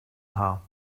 haar